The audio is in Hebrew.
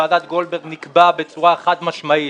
של ועדת גולדברג נקבע בצורה חד-משמעית